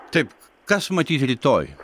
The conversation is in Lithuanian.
taip kas matyt rytoj